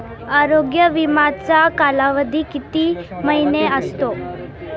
आरोग्य विमाचा कालावधी किती महिने असतो?